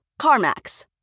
CarMax